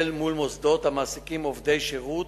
במודיעין-עילית,